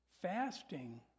Fasting